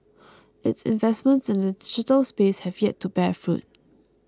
its investments in the digital space have yet to bear fruit